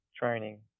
training